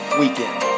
weekend